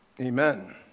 Amen